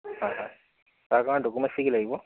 হয় হয় তাৰ কাৰণে ডকুমেণ্টেছ কি কি লাগিব